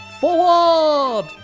forward